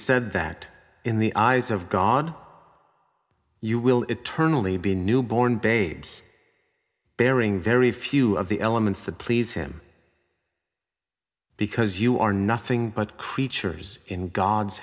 said that in the eyes of god you will eternally be newborn babies bearing very few of the elements that please him because you are nothing but creatures in god's